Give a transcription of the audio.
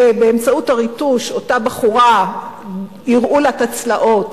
ובאמצעות הריטוש אותה בחורה יראו לה את הצלעות